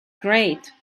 great